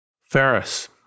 Ferris